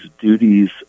duties